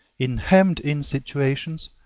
in hemmed-in situations,